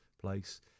place